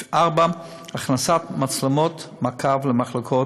4. הכנסת מצלמות מעקב למחלקות,